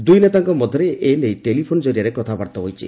ଦୁଇ ନେତାଙ୍କ ମଧ୍ୟରେ ଏ ନେଇ ଟେଲିଫୋନ ଜରିଆରେ କଥାବାର୍ତ୍ତା ହୋଇଛି